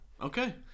Okay